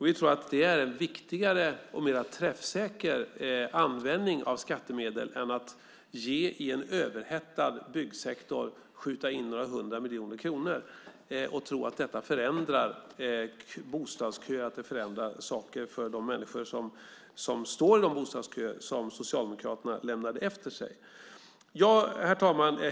Vi tror att det är en viktigare och mer träffsäker användning av skattemedel än att i en överhettad byggsektor skjuta in några hundra miljoner kronor i tron att detta förändrar bostadsköerna, att det förändrar saker för de människor som står i de bostadsköer som Socialdemokraterna lämnade efter sig. Herr talman!